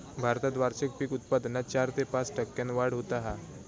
भारतात वार्षिक पीक उत्पादनात चार ते पाच टक्क्यांन वाढ होता हा